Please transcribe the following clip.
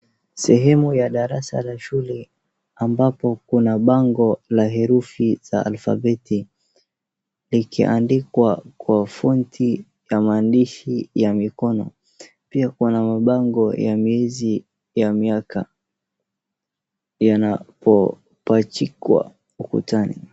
Sehemu ya darasa la shule ambapo kuna bango la herufi za alfabeti likiandikwa kwa fonti ya maandishi ya mikono. Pia kuna mabango ya miezi ya miaka yanayopachikwa ukutani.